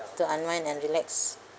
to unwind and relax